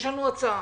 יש לנו הצעה.